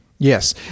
Yes